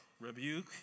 rebuke